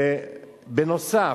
בנוסף,